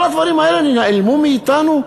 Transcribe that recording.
כל הדברים האלה נעלמו מאתנו?